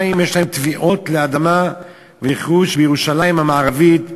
יש תביעות לאדמה ורכוש בירושלים המערבית,